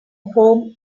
home